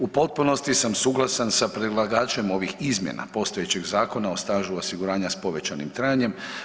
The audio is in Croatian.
U potpunosti sam suglasan sa predlagačem ovih izmjena postojećeg Zakona o stažu osiguranja s povećanim trajanjem.